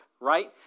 right